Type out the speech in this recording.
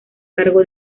cargo